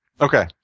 Okay